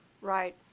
Right